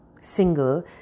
single